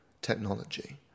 technology